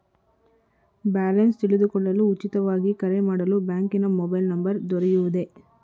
Balance ತಿಳಿದುಕೊಳ್ಳಲು ಉಚಿತವಾಗಿ ಕರೆ ಮಾಡಲು ಬ್ಯಾಂಕಿನ ಮೊಬೈಲ್ ನಂಬರ್ ದೊರೆಯುವುದೇ?